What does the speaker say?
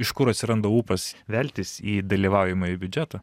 iš kur atsiranda ūpas veltis į dalyvaujamąjį biudžetą